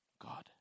God